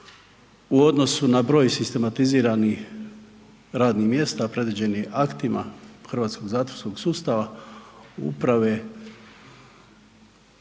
u odnosu na broj sistematiziranih radnih mjesta predviđenih aktima hrvatskog zatvorskog sustava uprave